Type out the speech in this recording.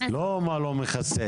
ולא מה הוא לא מכסה.